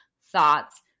thoughts